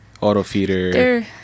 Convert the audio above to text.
Auto-feeder